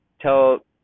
tell